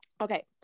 okay